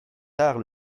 tard